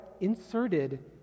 inserted